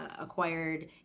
acquired